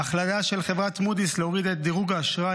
ההחלטה של חברת מודי'ס להוריד את דירוג האשראי